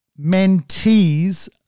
mentees